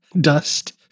dust